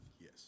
yes